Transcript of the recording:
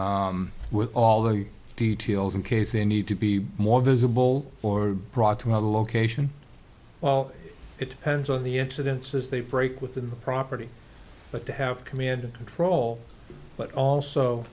together with all the details in case they need to be more visible or brought to a location well it depends on the incidents as they break within the property but to have command and control but also